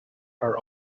are